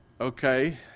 Okay